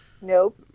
Nope